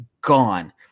gone